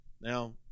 now